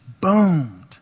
boomed